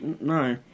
no